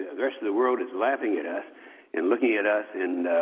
the rest of the world is laughing at us and looking at us and